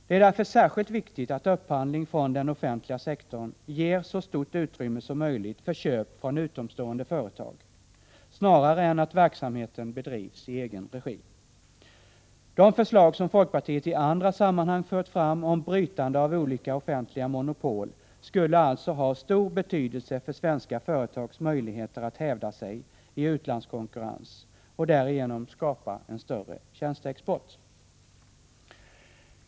Det är därför särskilt viktigt att upphandling från den offentliga sektorn ger så stort utrymme som möjligt för köp från utomstående företag; det är viktigare än att verksamheten bedrivs i egen regi. De förslag som folkpartiet i andra sammanhang fört fram om brytande av olika offentliga monopol skulle alltså ha stor betydelse för svenska företags möjligheter att hävda sig i utlandskonkurrens och därigenom skapa en större tjänstexport.